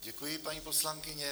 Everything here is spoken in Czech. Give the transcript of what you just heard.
Děkuji, paní poslankyně.